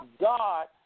God